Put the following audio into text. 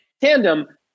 tandem